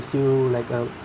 gives you like a